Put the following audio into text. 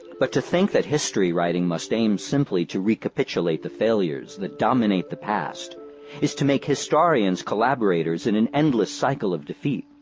but to think that history-writing must aim simply to recapitulate the failures that dominate the past is to make historians collaborators in an endless cycle of defeat.